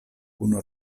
kun